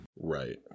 Right